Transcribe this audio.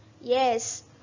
yes